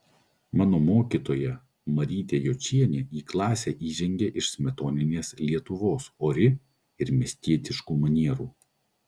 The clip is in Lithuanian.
mano mokytoja marytė jočienė į klasę įžengė iš smetoninės lietuvos ori ir miestietiškų manierų